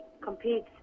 competes